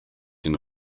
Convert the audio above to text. den